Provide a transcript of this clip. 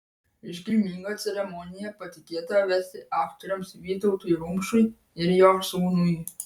iškilmingą ceremoniją patikėta vesti aktoriams vytautui rumšui ir jo sūnui